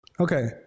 Okay